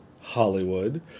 Hollywood